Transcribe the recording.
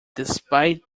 despite